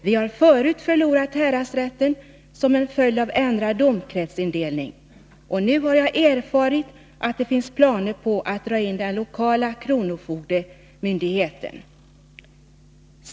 Vi har förut förlorat häradsrätten som en följd av ändrad domkretsindelning, och nu har jag erfarit att det finns planer på att dra in den lokala kronofogdemyndigheten.